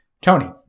Tony